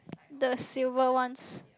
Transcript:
the silver ones